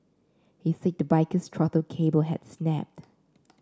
he said the biker's throttle cable had snapped